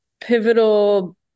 pivotal